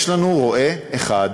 יש לנו רועה אחד